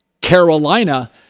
Carolina